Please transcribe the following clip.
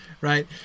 Right